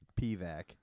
PVAC